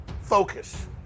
Focus